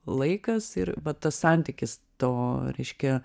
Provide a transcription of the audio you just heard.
laikas ir va tas santykis to reiškia